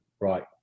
right